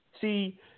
see